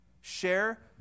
Share